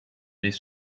les